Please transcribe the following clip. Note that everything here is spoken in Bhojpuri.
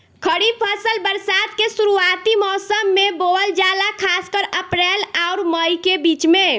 खरीफ फसल बरसात के शुरूआती मौसम में बोवल जाला खासकर अप्रैल आउर मई के बीच में